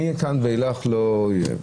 ומכאן ואילך זה לא יהיה.